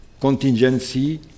contingency